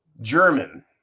German